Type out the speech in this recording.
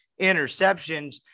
interceptions